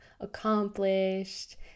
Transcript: accomplished